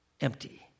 empty